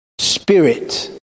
spirit